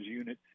unit